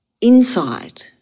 Inside